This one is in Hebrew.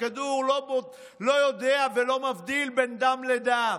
הכדור לא יודע ולא מבדיל בין דם לדם.